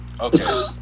okay